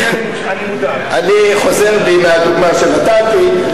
אני חוזר בי מהדוגמה שנתתי.